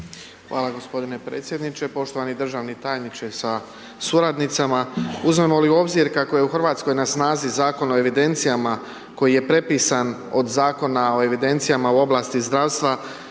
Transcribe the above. Hvala g. predsjedniče. Poštovani državni tajniče sa suradnicama, uzmemo li u obzir kako je u RH na snazi Zakon o evidencijama koji je prepisan od Zakona o evidencijama u oblasti zdravstva